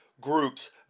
groups